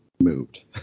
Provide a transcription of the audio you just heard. moved